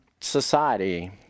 society